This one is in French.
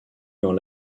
dans